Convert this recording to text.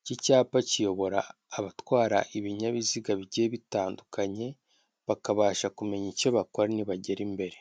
Iki cyapa kiyobora abatwara ibinyabiziga bigiye bitandukanye, bakabasha kumenya icyo bakora nibagera imbere.